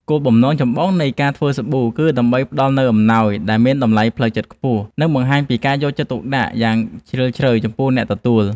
គោលបំណងចម្បងនៃការធ្វើសាប៊ូគឺដើម្បីផ្តល់នូវអំណោយដែលមានតម្លៃផ្លូវចិត្តខ្ពស់ និងបង្ហាញពីការយកចិត្តទុកដាក់យ៉ាងជ្រាលជ្រៅចំពោះអ្នកទទួល។